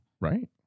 Right